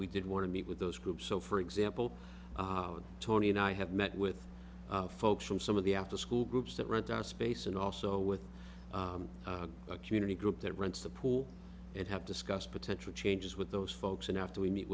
we did want to meet with those groups so for example tony and i have met with folks from some of the afterschool groups that rent out space and also with a community group that rents the pool and have discussed potential changes with those folks and after we meet